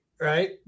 right